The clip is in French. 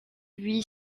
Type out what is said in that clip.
lui